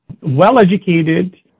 well-educated